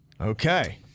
Okay